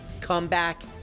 comeback